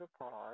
apart